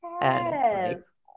Yes